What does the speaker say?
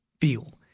feel